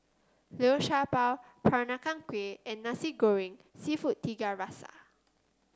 Liu Sha Bao Peranakan Kueh and Nasi Goreng seafood Tiga Rasa